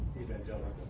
evangelical